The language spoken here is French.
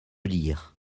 lire